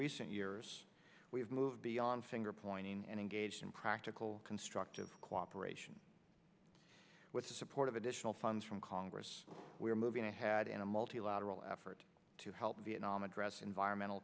recent years we've moved beyond finger pointing and engaged in practice constructive cooperation with the support of additional funds from congress we are moving ahead in a multilateral effort to help vietnam address environmental